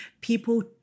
people